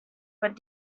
but